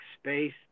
space